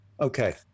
Okay